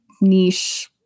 niche